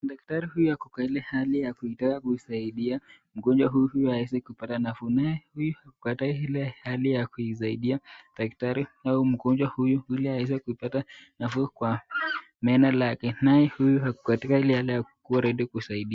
Daktari huyu ako katika ile hali ya kutaka kusaidia mgonjwa apate nafuu. Naye huyu ako kwa ile hali ya kuwa ready kusaidika.